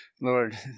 Lord